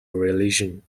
religion